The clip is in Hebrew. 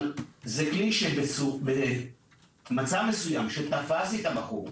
אבל זה כלי שבמצב מסוים, כשתפסתי את הבחור,